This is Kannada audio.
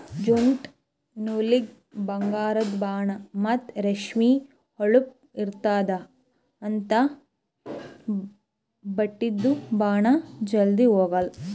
ಜ್ಯೂಟ್ ನೂಲಿಗ ಬಂಗಾರದು ಬಣ್ಣಾ ಮತ್ತ್ ರೇಷ್ಮಿ ಹೊಳಪ್ ಇರ್ತ್ತದ ಅಂಥಾ ಬಟ್ಟಿದು ಬಣ್ಣಾ ಜಲ್ಧಿ ಹೊಗಾಲ್